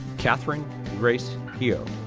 kathryn grace hioe,